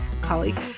colleague